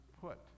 put